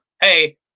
hey